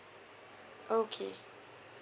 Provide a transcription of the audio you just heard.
okay